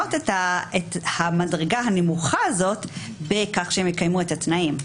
להתנות את המדרגה הנמוכה הזאת בכך שהם יקיימו את התנאים.